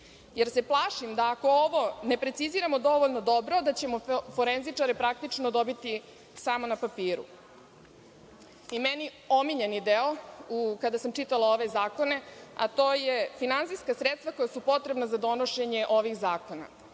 više. Plašim se da, ako ovo ne preciziramo dovoljno dobro, ćemo forenzičare praktično dobiti samo na papiru. Meni omiljeni deo, kada sam čitala ove zakone, a to su finansijska sredstva koja su potrebna za donošenje ovih zakona.